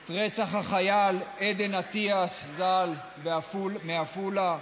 את רצח החייל עדן אטיאס ז"ל מעפולה,